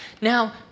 Now